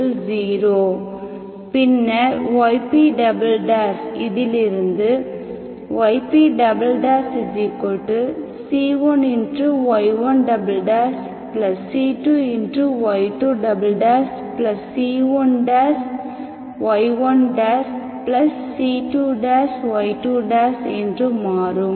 1 பின்னர் yp இதிலிருந்து ypc1y1c2y2c1y1c2y2என்று மாறும்